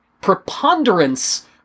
preponderance